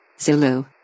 Zulu